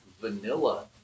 vanilla